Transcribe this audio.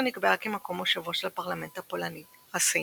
ורשה נקבעה כמקום מושבו של הפרלמנט הפולני, הסיים,